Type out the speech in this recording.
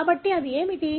కాబట్టి అది ఏమిటి